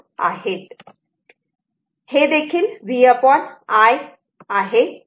हे देखील V I आहे